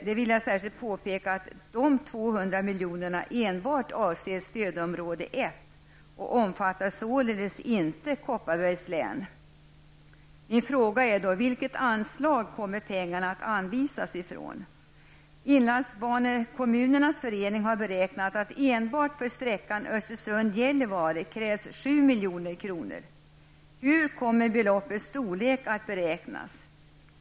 Jag vill särskilt framhålla att de 200 miljonerna enbart avser stödområde 1 och således inte omfattar Kopparbergs län. Vilket anslag kommer pengarna att anvisas ifrån? Inlandsbanekommunernas förening har beräknat att det enbart för sträckan Östersund--Gällivare krävs 7 milj.kr. Hur kommer beloppets storlek att beräknas?